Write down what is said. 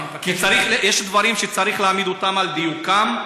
יש דברים שצריך להעמיד על דיוקם,